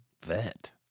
vet